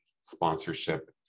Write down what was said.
sponsorship